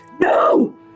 No